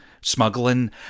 smuggling